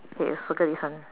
okay circle this one